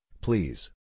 please